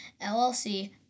LLC